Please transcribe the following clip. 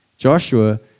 Joshua